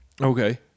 Okay